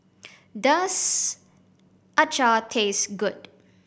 does acar taste good